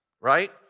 Right